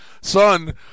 son